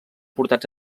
portats